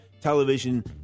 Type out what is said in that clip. television